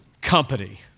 company